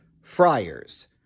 Friars